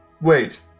Wait